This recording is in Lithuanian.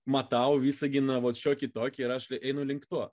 matau visaginą vat šiokį tokį ir aš einu link to